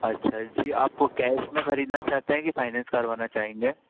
अच्छा जी आपको कैस में ख़रीदना चाहते है कि फ़ाइनैन्स करवाना चाहेंगे